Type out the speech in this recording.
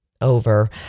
over